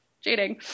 Cheating